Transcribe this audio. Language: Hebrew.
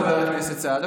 חבר הכנסת סעדה,